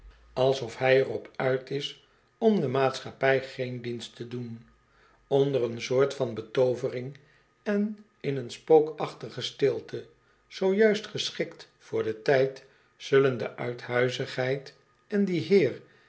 dkijft hij er op uit is om de maatschappij geen dienst te doen onder een soort van betoovering en in een spookachtige stilte zoo juist geschikt voor den tijd zullen de uithuizigheid en die heer